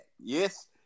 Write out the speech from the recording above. yes